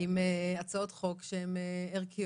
עם הצעות חוק שהן ערכיות